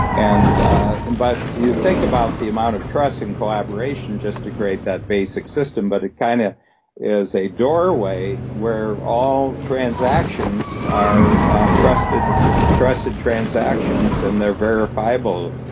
and and but you think about the amount of trust and collaboration just to create that basic system, but it kind of is a doorway, where all transactions are trusted trusted transactions and they're verifiable.